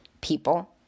people